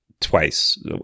twice